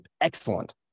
excellent